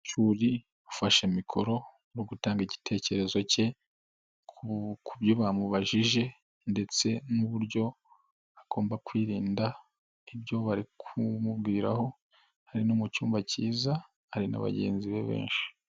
Umunyeshuri ufashe mikoro no gutanga igitekerezo cye ku byo bamubajije ndetse n'uburyo agomba kwirinda ibyo bari kumumbwiraho hari no mu cyumba kiza, hari na bagenzi be benshi.